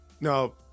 No